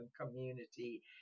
community